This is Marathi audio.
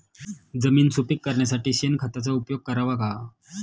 जमीन सुपीक करण्यासाठी शेणखताचा उपयोग करावा का?